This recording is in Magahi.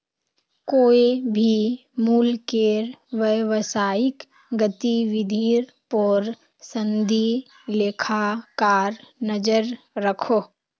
कोए भी मुल्केर व्यवसायिक गतिविधिर पोर संदी लेखाकार नज़र रखोह